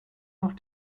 noch